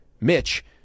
Mitch